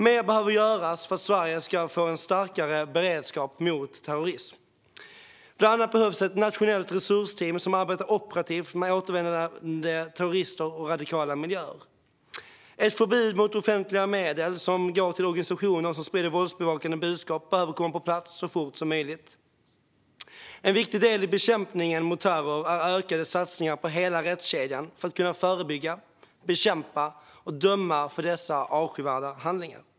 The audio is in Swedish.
Mer behöver göras för att Sverige ska få en starkare beredskap mot terrorism. Bland annat behövs ett nationellt resursteam som arbetar operativt med återvändande terrorister och radikala miljöer. Ett förbud mot att offentliga medel går till organisationer som sprider våldsbejakande budskap behöver komma på plats så fort som möjligt. En viktig del i bekämpningen av terror är ökade satsningar på hela rättskedjan för att kunna förebygga, bekämpa och döma för dessa avskyvärda handlingar.